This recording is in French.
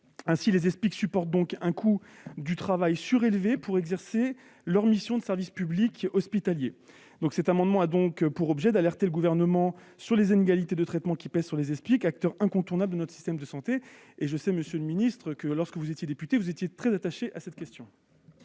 Les Espic supportent donc un coût du travail plus élevé pour exercer leur mission de service public hospitalier. Cet amendement a pour objet d'alerter le Gouvernement sur les inégalités de traitement qui pèsent sur les Espic, acteurs incontournables de notre système de santé. Je sais, monsieur le ministre, que vous étiez très préoccupé par cette question